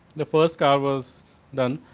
the first car was done,